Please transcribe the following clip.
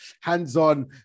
hands-on